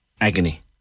agony